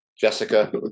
Jessica